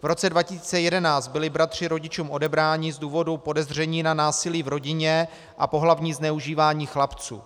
V roce 2011 byli bratři rodičům odebráni z důvodu podezření na násilí v rodině a pohlavní zneužívání chlapců.